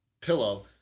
pillow